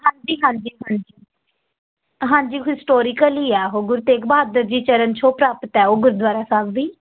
ਹਾਂਜੀ ਹਾਂਜੀ ਹਾਂਜੀ ਹਾਂਜੀ ਹਿਸਟੋਰੀਕਲੀ ਆ ਉਹ ਗੁਰੂ ਤੇਗ ਬਹਾਦਰ ਜੀ ਚਰਨ ਛੋਹ ਪ੍ਰਾਪਤ ਹੈ ਉਹ ਗੁਰਦੁਆਰਾ ਸਾਹਿਬ ਵੀ